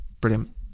brilliant